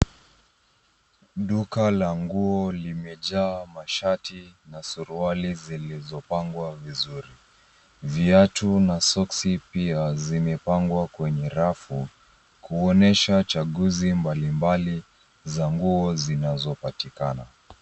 Duka la nguo limejaa mashati na suruali zilizopangwa vizuri, viatu na soksi pia zimepangwa kwenye rafu kuonyesha chaguzi mbalimbali za nguo zinazopatikana.